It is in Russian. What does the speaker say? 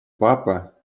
папа